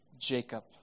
Jacob